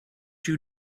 you